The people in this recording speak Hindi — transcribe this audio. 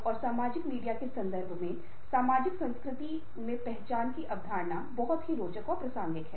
और सामाजिक कौशल यह संबंधों के प्रबंधन और नेटवर्क के निर्माण की दक्षता है